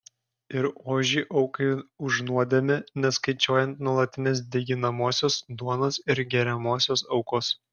ir ožį aukai už nuodėmę neskaičiuojant nuolatinės deginamosios duonos ir geriamosios aukos